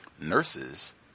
nurses